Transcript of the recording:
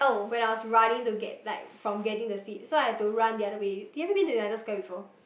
when I was running to get like from getting the sweets so I have to run the other way do you ever been to United-Square before